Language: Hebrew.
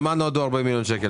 למה נועדו 40 מיליון שקל?